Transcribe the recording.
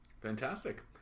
fantastic